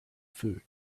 food